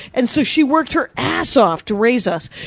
and so she worked her ass off to raise us.